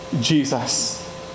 Jesus